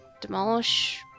demolish